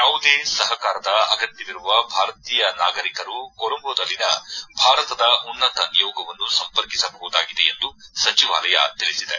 ಯಾವುದೇ ಸಹಕಾರದ ಅಗತ್ಯವಿರುವ ಭಾರತೀಯ ನಾಗರಿಕರು ಕೊಲಂಬೋದಲ್ಲಿನ ಭಾರತದ ಉನ್ನತ ನಿಯೋಗವನ್ನು ಸಂಪರ್ಕಿಸಬಹುದಾಗಿದೆ ಎಂದು ಸಚಿವಾಲಯ ತಿಳಿಸಿದೆ